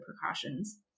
precautions